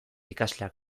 ikasleak